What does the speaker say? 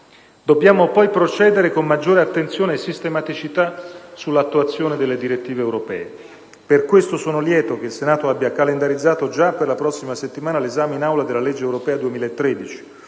Dobbiamo poi procedere con maggiore attenzione e sistematicità all'attuazione delle direttive europee. Per questo sono lieto che il Senato abbia calendarizzato già per la prossima settimana l'esame in Aula della legge europea 2013,